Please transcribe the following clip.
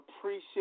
appreciate